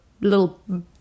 little